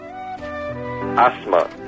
Asthma